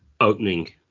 opening